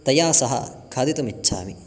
तया सह खादितुम् इच्छामि